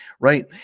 right